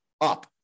up